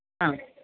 ആഹ്